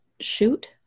shoot